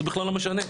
זה בכלל לא משנה,